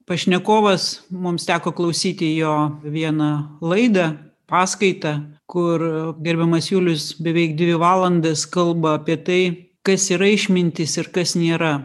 pašnekovas mums teko klausyti jo vieną laidą paskaitą kur gerbiamas julius beveik dvi valandas kalba apie tai kas yra išmintis ir kas nėra